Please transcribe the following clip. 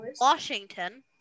Washington